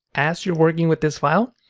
as you're working with this file.